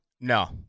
No